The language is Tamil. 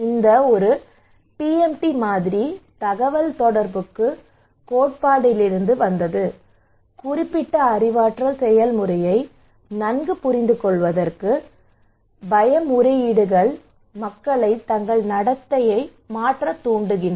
இந்த ஒரு பிஎம்டி மாதிரி தகவல்தொடர்புக் கோட்பாட்டிலிருந்து வந்தது குறிப்பிட்ட அறிவாற்றல் செயல்முறையை நன்கு புரிந்துகொள்வதற்கு பயம் முறையீடுகள் மக்களை தங்கள் நடத்தையை மாற்றத் தூண்டுகின்றன